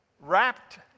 wrapped